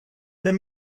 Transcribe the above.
let